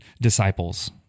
disciples